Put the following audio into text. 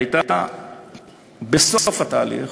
הייתה בסוף התהליך,